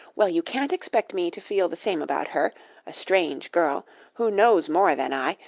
well, you can't expect me to feel the same about her a strange girl who knows more than i,